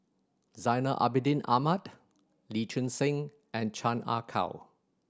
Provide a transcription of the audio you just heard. Zainal Abidin Ahmad Lee Choon Seng and Chan Ah Kow